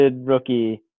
rookie